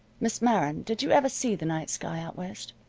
miss meron, did you ever see the night sky, out west?